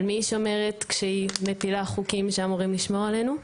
על מי היא שומרת כשהיא מפילה חוקים שאמורים לשמור עלינו.